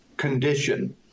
condition